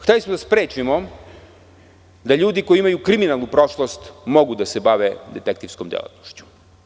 Hteli smo da sprečimo da ljudi koji imaju kriminalnu prošlost mogu da se bave detektivskom delatnošću.